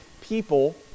people